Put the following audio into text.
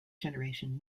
generation